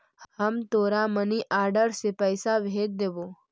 हम तोरा money order से पइसा भेज देबो